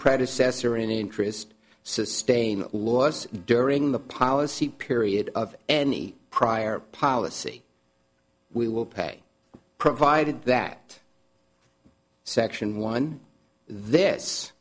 predecessor in interest sustain laws during the policy period of any prior policy we will pay provided that section